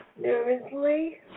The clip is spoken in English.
nervously